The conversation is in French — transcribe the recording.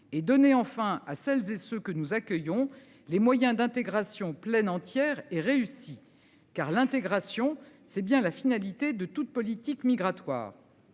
et donner enfin à celles et ceux que nous accueillons les moyens d'intégration pleine entière et réussie car l'intégration c'est bien la finalité de toute politique migratoire